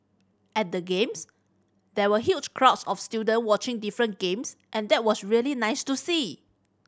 at the Games there were huge crowds of student watching different games and that was really nice to see